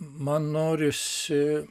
man norisi